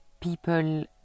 people